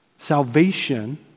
Salvation